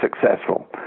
successful